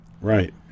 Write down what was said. Right